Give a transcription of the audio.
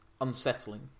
unsettling